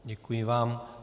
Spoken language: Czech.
Děkuji vám.